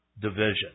Division